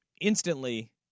instantly